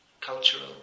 cultural